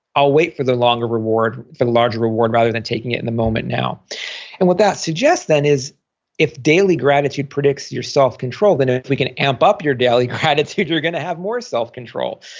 i'll wait for the longer reward, the larger reward, rather than taking it in the moment now and what that suggests then is that if daily gratitude predicts your self-control, then ah if we can amp up your daily gratitude, you're going to have more self-control.